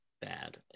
bad